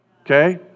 Okay